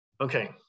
Okay